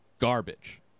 garbage